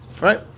Right